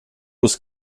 was